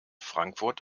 frankfurt